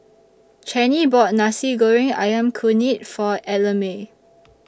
Channie bought Nasi Goreng Ayam Kunyit For Ellamae